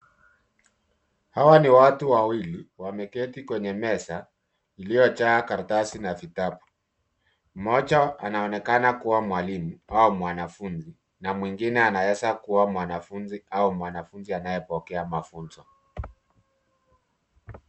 Hawa ni watu wawili wameketi kwenye meza iliyojaa karatasi na vitabu mmoja anaonekana kuwa mwalimu au mwanafunzi na mwingine anaweza kuwa mwanafunzi au mwanafunzi anayepokea mafunzo.